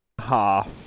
half